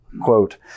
Quote